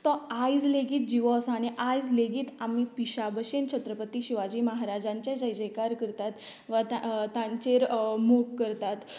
तो आयज लेगीत जिवो आसा आनी आयज लेगीत आमी पिश्या भशेन छत्रपती शिवाजी महाराजांचे जय जयकार करतात वा तां तांचेर मोग करतात